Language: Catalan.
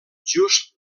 just